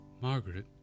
Margaret